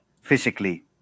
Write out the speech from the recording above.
physically